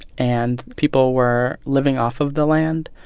and people were living off of the land.